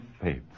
faith